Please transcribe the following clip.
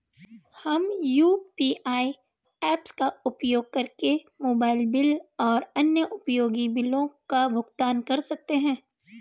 हम UPI apps का उपयोग करके मोबाइल बिल और अन्य उपयोगी बिलों का भुगतान कर सकते हैं